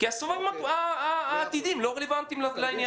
כי הסיורים העתידיים לא רלוונטיים לעניין.